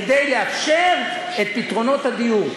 כדי לאפשר את פתרונות הדיור.